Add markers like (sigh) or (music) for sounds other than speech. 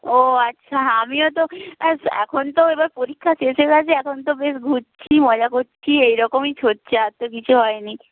ও আচ্ছা আমিও তো (unintelligible) এখন তো এবার পরীক্ষা শেষ হয়ে গেছে এখন তো বেশ ঘুরছি মজা করছি এই রকমই হচ্ছে আর তো কিছু হয়নি